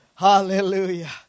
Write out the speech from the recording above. Hallelujah